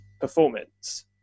performance